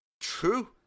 true